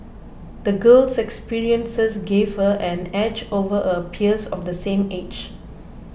the girl's experiences gave her an edge over her peers of the same age